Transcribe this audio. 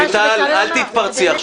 רויטל, אל תתפרצי.